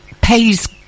pays